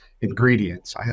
ingredients